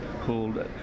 called